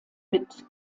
mit